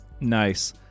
Nice